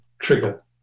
trigger